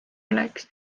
oleks